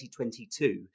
2022